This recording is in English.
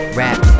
rap